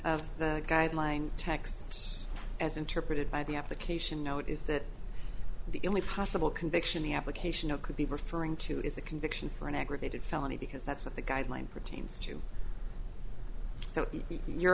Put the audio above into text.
that guideline texts as interpreted by the application now is that the only possible conviction the application of could be referring to is a conviction for an aggravated felony because that's what the guideline pertains to so your